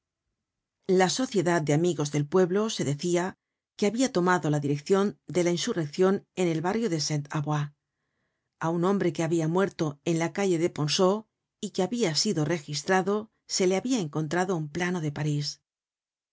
la sociedad de amigos del pueblo se decia que habia tomado la direccion de la insurreccion en el barrio de saint avoy a un hombre que habia muerto en la calle de ponceau y que habia sido registrado se le habia encontrado un plano de parís